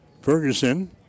Ferguson